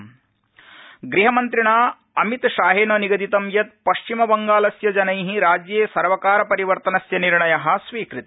पश्चिम बंगाल अिमतशाह गहमन्त्रिणा अमित शाहेन निगदितं यत पश्चिम बंगालस्य जना राज्ये सर्वकार परिवर्तनस्य निर्णय स्वीकत